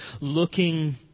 looking